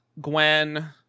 Gwen